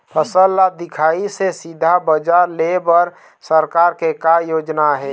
फसल ला दिखाही से सीधा बजार लेय बर सरकार के का योजना आहे?